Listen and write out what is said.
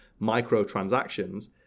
microtransactions